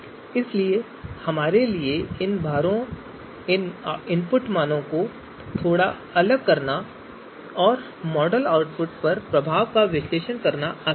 इसलिए हमारे लिए इन भारों इन इनपुट मानों को थोड़ा अलग करना और मॉडल आउटपुट पर प्रभाव का विश्लेषण करना आसान है